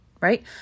right